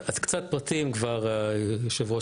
קצת פרטים היושב-ראש,